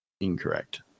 Incorrect